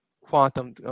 quantum